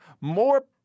more